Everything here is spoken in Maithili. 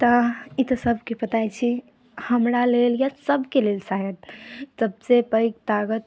तऽ ई तऽ सभके पता छी हमरालेल या सभके लेल शायद सभसँ पैघ ताकत